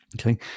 okay